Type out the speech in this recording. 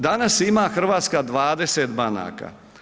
Danas ima Hrvatska 20 banaka.